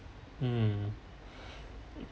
hmm